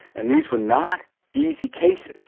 and these were not easy cases.